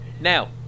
Now